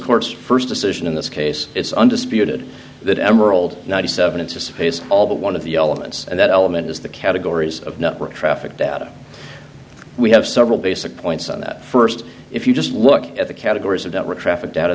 court's first decision in this case it's undisputed that emerald ninety seven it's a space all but one of the elements and that element is the categories of network traffic data we have several basic points on that first if you just look at the categories of network traffic